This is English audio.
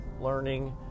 learning